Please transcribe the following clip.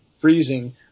freezing